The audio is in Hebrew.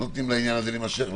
שנותנים לעניין הזה להימשך,